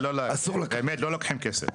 באמת לא לוקחים כסף?